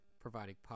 providing